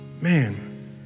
Man